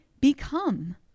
become